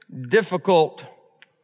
difficult